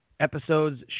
Episodes